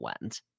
went